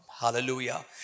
Hallelujah